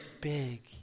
big